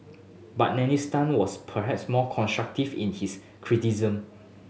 but Dennis Tan was perhaps more constructive in his criticism